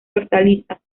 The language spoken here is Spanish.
hortalizas